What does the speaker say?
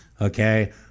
okay